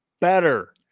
better